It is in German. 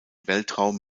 weltraum